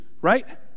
right